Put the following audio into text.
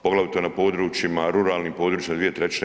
Poglavito na područjima, ruralnim područjima, 2/